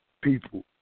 people